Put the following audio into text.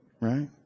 Right